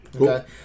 Okay